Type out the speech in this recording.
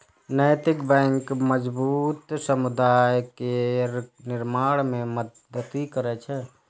नैतिक बैंक मजबूत समुदाय केर निर्माण मे मदति करै छै